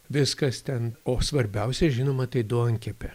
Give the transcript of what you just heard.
viskas ten o svarbiausia žinoma tai duonkepė